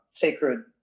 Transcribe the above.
sacred